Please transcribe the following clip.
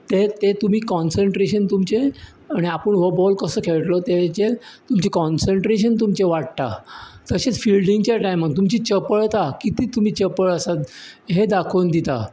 तें तुमी काँसेंट्रेशन तुमचें आनी आपूण हो बॉल कसो खेळटलो तेजेर तुमचें काँसेंट्रेशन तुमचें वाडटा तशेंच फिल्डींगेचे टायमार तुमची चपळटा कितली तुमी चपळ आसात हें दाखोवन दिता